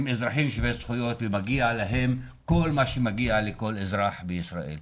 הם אזרחים שווי זכויות ומגיע להם כל מה שמגיע לכל אזרח בישראל.